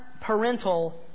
parental